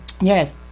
Yes